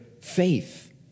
faith